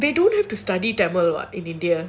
no they don't have to study tamil [what] in india